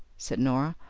said norah.